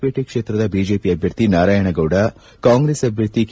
ಪೇಟೆ ಕ್ಷೇತ್ರದ ಬಿಜೆಪಿ ಅಭ್ವರ್ಥಿ ನಾರಾಯಣಗೌಡಕಾಂಗ್ರೆಸ್ ಅಭ್ವರ್ಥಿ ಕೆ